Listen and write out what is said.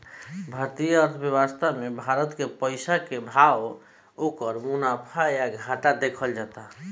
भारतीय अर्थव्यवस्था मे भारत के पइसा के भाव, ओकर मुनाफा या घाटा देखल जाता